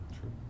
True